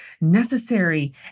necessary